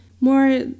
more